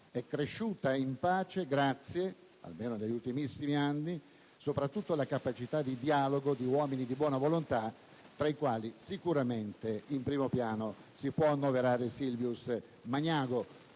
È cresciuta in pace grazie, almeno negli ultimissimi anni, soprattutto alla capacità di dialogo di uomini di buona volontà, tra i quali sicuramente, in primo piano, si può annoverare Silvius Magnago,